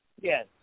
Yes